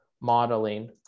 modeling